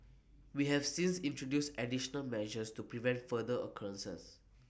we have since introduced additional measures to prevent future occurrences